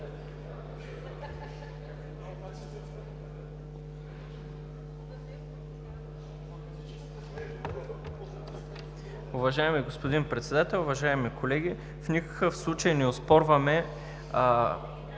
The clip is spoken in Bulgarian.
Уважаеми господин Председател, уважаеми колеги! В никакъв случай не оспорваме